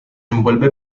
envuelve